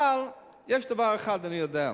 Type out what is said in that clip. אבל יש דבר אחד שאני יודע: